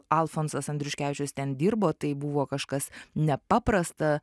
alfonsas andriuškevičius ten dirbo tai buvo kažkas nepaprasta